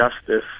justice